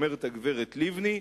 אומרת הגברת לבני: